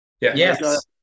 Yes